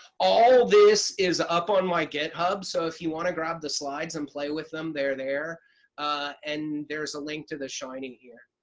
all this is up on my github so if you want to grab the slides and play with them they're there and there's a link to the shiny here.